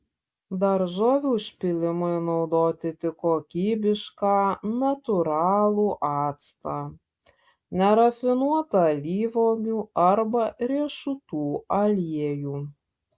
daržovių užpylimui naudoti tik kokybišką natūralų actą nerafinuotą alyvuogių arba riešutų aliejų